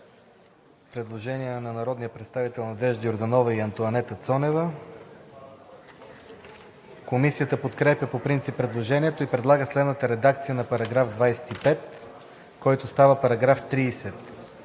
предложение на народните представители Надежда Йорданова и Антоанета Цонева. Комисията подкрепя по принцип предложението и предлага следната редакция на § 25, който става § 30: „§ 30.